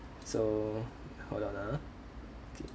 so hold on ah okay